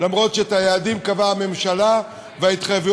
למרות שאת היעדים קבעה הממשלה וההתחייבויות